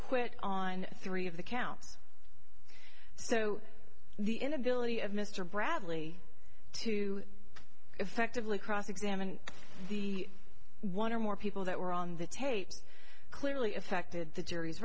acquit on three of the counts so the inability of mr bradley to effectively cross examine the one or more people that were on the tape clearly affected the jury's